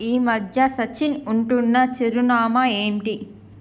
ఈ మధ్య సచిన్ ఉంటున్న చిరునామా ఏంటి